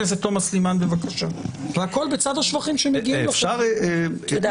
והכל בצד השבחים שמגיעים לכם.